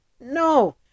no